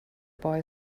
boy